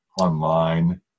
online